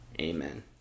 amen